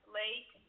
lake